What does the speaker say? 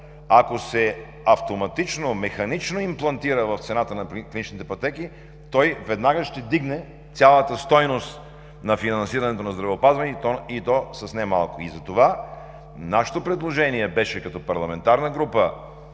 автоматично, механично в цената на клиничните пътеки, той веднага ще вдигне цялата стойност на финансиране на здравеопазването, и то с немалко. Затова нашето предложение като парламентарна група